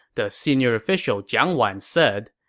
the senior official jiang wan said,